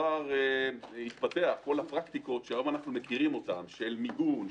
כל הפרקטיקות שהיום אנחנו מכירים מיגון,